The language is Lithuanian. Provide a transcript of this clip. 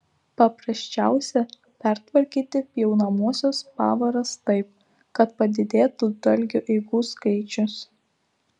paprasčiausia pertvarkyti pjaunamosios pavaras taip kad padidėtų dalgio eigų skaičius